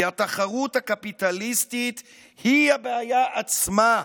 כי התחרות הקפיטליסטית היא הבעיה עצמה.